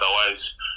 otherwise